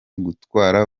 gutwara